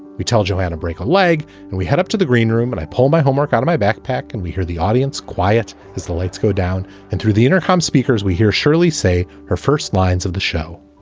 we tell johanna, break a leg and we head up to the green room and i pull my homework out of my backpack and we hear the audience quiet as the lights go down. and through the intercom speakers, we hear shirley say her first lines of the show